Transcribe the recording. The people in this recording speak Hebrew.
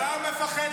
כן.